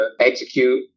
execute